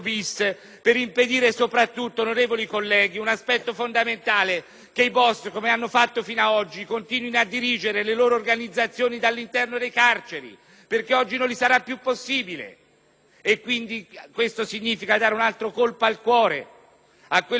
che i boss, come hanno fatto fino ad oggi, continuino a dirigere le loro organizzazioni dall'interno delle carceri, perché non gli sarà più possibile. Questo significa dare un altro colpo al cuore a quelle organizzazioni che oggi rappresentano - è bene dirlo - un altro Stato.